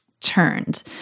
turned